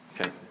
Okay